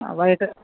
അതായത്